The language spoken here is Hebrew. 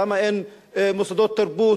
למה אין מוסדות תרבות?